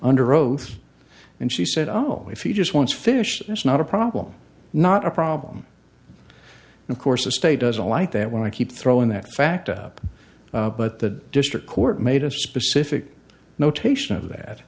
under oath and she said oh if he just wants fish that's not a problem not a problem of course the state doesn't like that when i keep throwing that fact up but the district court made a specific notation of that